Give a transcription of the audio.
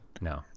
no